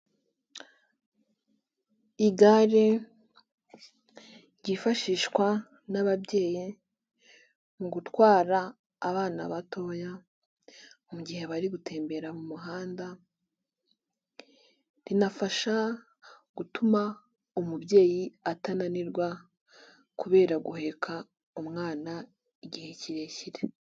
Igare ryifashishwa n'ababyeyi mu gutwara abana batoya mu gihe bari gutembera mumuhanda rinafasha gutuma umubyeyi atananirwa kubera guheka umwana igihe kirekire.